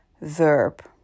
verb